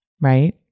right